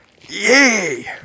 yay